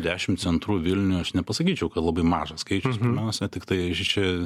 dešim centrų vilniuj aš nepasakyčiau kad labai mažas skaičius pirmiausia tiktai čia